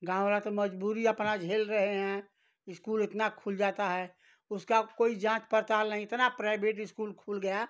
गाँव वाला तो मजबूरी अपना झेल रहे हैं इस्कूल इतना खुल जाता है उसका कोई जाँच पड़ताल नहीं इतना प्राइवेट इस्कूल खुल गया